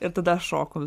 ir tada aš šoku